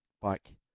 bike